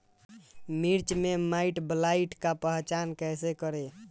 मिर्च मे माईटब्लाइट के पहचान कैसे करे?